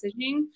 messaging